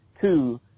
Two